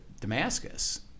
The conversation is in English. Damascus